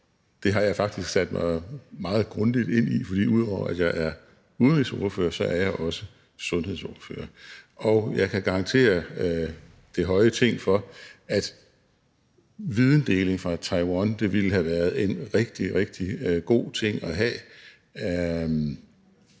det har jeg faktisk sat mig meget grundigt ind i, for ud over at jeg er udenrigsordfører, er jeg også sundhedsordfører. Og jeg kan garantere det høje Ting for, at videndeling fra Taiwan ville have været en rigtig, rigtig god ting at have.